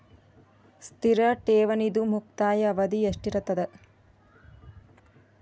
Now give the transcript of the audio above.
ಸ್ಥಿರ ಠೇವಣಿದು ಮುಕ್ತಾಯ ಅವಧಿ ಎಷ್ಟಿರತದ?